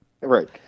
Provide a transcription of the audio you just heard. Right